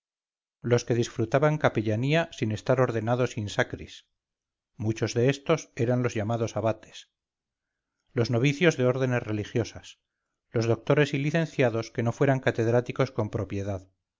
los que disfrutaban capellanía sin estar ordenados in sacris muchos de estos eran los llamados abates los novicios de órdenes religiosas los doctores y licenciados que no fueran catedráticos con propiedad